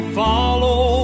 follow